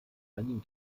einigen